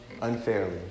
unfairly